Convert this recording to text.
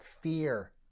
fear